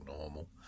normal